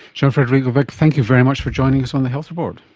jean-frederic levesque, thank you very much for joining us on the health report.